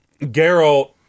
Geralt